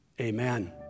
Amen